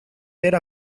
era